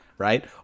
Right